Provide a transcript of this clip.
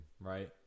right